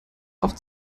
oft